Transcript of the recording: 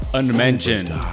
unmentioned